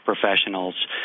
professionals